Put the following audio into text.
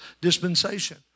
dispensation